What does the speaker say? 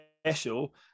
special